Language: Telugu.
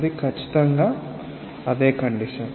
అది ఖచ్చితంగా అదే కండిషన్